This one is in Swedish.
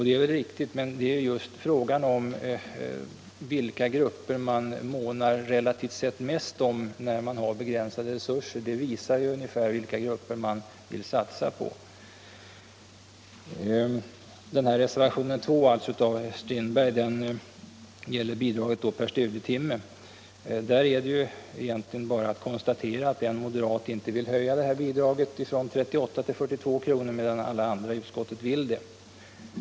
Det är riktigt, men frågan är just vilka grupper man månar relativt sett mest om när man har begränsade resurser — det visar vilka grupper man vill satsa på. Reservationen 2 av herr Strindberg gäller bidraget per studietimme i allmänna studiecirklar. Där är det egentligen bara att konstatera att en moderat inte vill höja bidraget från 38 till 42 kr., medan alla andra i utskottet vill det.